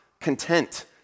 content